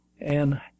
and—